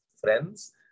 friends